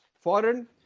foreign